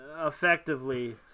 effectively